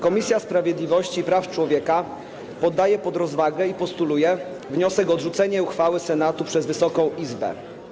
Komisja Sprawiedliwości i Praw Człowieka poddaje pod rozwagę i postuluje wniosek o odrzucenie uchwały Senatu przez Wysoką Izbę.